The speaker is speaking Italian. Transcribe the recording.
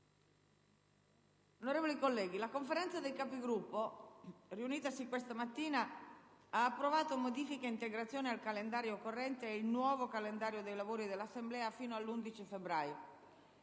Onorevoli colleghi, la Conferenza dei Capigruppo, riunitasi questa mattina, ha approvato modifiche e integrazioni al calendario corrente e il nuovo calendario dei lavori dell'Assemblea fino all'11 febbraio.